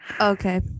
Okay